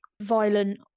violent